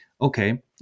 okay